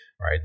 right